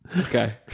Okay